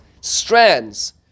strands